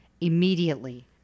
immediately